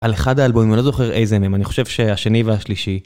על אחד האלבומים, אני לא זוכר איזה מהם, אני חושב שהשני והשלישי.